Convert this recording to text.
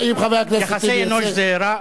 אם חבר הכנסת טיבי יעשה, יחסי אנוש זה רע?